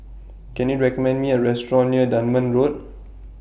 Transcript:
Can YOU recommend Me A Restaurant near Dunman Road